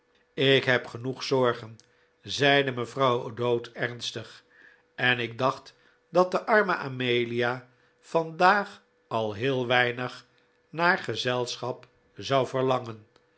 ik heb genoeg zorgen zeide mevrouw o'dowd ernstig en ik dacht dat de arme amelia vandaag al heel weinig naar gezelschap zou verlangen